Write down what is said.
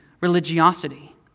religiosity